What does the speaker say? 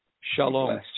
Shalom